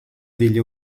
degli